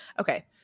Okay